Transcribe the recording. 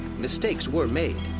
mistakes were made.